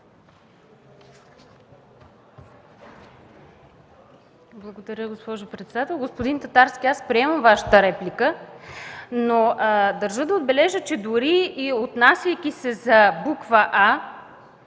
Благодаря, госпожо председател. Господин Татарски, аз приемам Вашата реплика, но държа да отбележа, че дори отнасяйки се за буква